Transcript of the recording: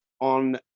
on